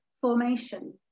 formation